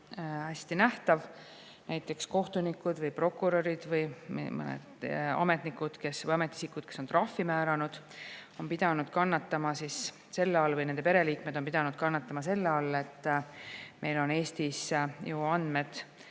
hästi nähtav, näiteks kohtunikud või prokurörid või mõned ametnikud või ametiisikud, kes on trahvi määranud, on pidanud kannatama või nende pereliikmed on pidanud kannatama selle all, et meil on Eestis